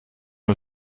wir